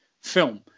film